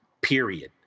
period